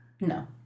No